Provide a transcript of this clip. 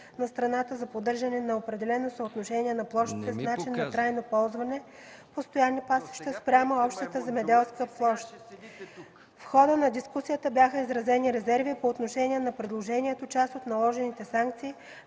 на страната за поддържане на определено съотношение на площите с начин на трайно ползване „постоянни пасища” спрямо общата земеделска площ. В хода на дискусията бяха изразени резерви по отношение на предложението част от наложените санкции